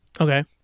Okay